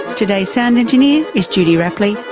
today's sound engineer is judy rapley.